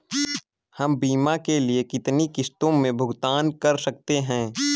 हम बीमा के लिए कितनी किश्तों में भुगतान कर सकते हैं?